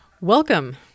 Welcome